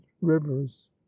rivers